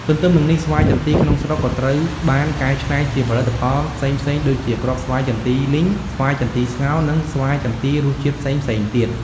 ទន្ទឹមនឹងនេះស្វាយចន្ទីក្នុងស្រុកក៏ត្រូវបាន កែច្នៃជាផលិតផលផ្សេងៗ ដូចជាគ្រាប់ស្វាយចន្ទីលីង ស្វាយចន្ទីស្ងោរ និងស្វាយចន្ទីរសជាតិផ្សេងៗទៀត។